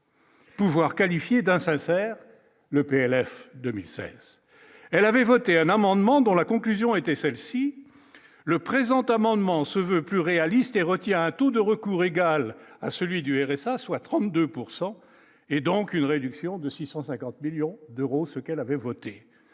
Pouvoir qualifié d'insincère le PLF 2016 elle avait voté un amendement dans la conclusion était celle-ci : le présent amendement se veut plus réaliste et retient un taux de recours égal à celui du RSA, soit 32 pourcent et donc une réduction de 650 millions d'euros, ce qu'elle avait voté